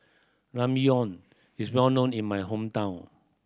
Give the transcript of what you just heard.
Ramyeon is well known in my hometown